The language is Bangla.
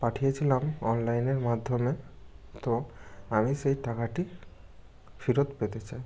পাঠিয়েছিলাম অনলাইনের মাধ্যমে তো আমি সেই টাকাটি ফেরত পেতে চাই